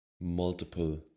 multiple